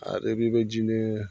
आरो बिबायदिनो